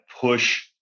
push